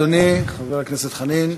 בבקשה, אדוני, חבר הכנסת חנין.